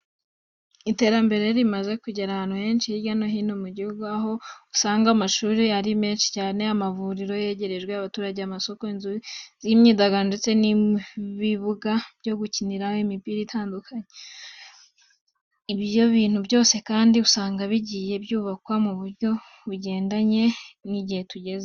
Iterambere rimaze kugera ahantu henshi hirya no hino mu gihugu, aho usanga amashuri ari menshi cyane, amavuriro yegerejwe abaturage, amasoko, inzu z'imyidagaduro ndetse n'ibibuga byo gukiniraho imipira itandukanye. Ibyo bintu byose kandi usanga bigiye byubakwa mu buryo bugendanye n'igihe tugezemo.